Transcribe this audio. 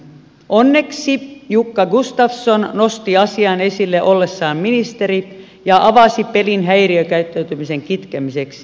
onneksi jukka gustafsson nosti asian esille ollessaan ministeri ja avasi pelin häiriökäyttäytymisen kitkemiseksi